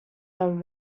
are